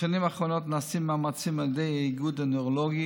בשנים האחרונות נעשים מאמצים על ידי האיגוד הנוירולוגי